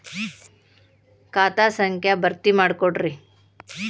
ಖಾತಾ ಸಂಖ್ಯಾ ಭರ್ತಿ ಮಾಡಿಕೊಡ್ರಿ